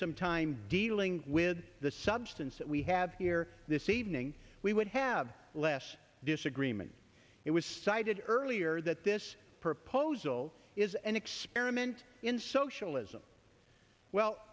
some time dealing with the substance that we have here this evening we would have less disagreement it was cited earlier that this proposal is an experiment in socialism well